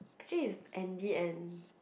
actually is Andy and